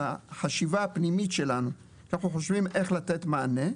בחשיבה הפנימית שלנו אנחנו חושבים איך לתת מענה.